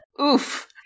Oof